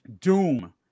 doom